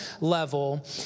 level